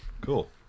Cool